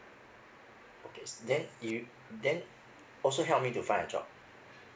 okay then you then also help me to find a job